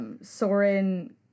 Soren